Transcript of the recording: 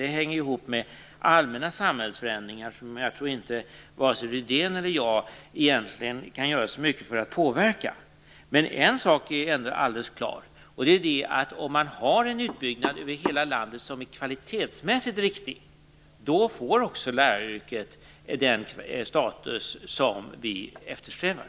Det hänger ju ihop med allmänna samhällsförändringar som jag tror vare sig Rune Rydén jag egentligen kan göra så mycket för att påverka. En sak är ändå alldeles klar: Om man har en utbyggnad över hela landet som är kvalitetsmässigt riktig får också läraryrket den status som vi eftersträvar.